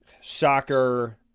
soccer